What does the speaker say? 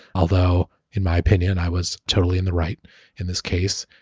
although in my opinion, i was totally in the right in this case.